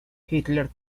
hitler